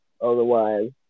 otherwise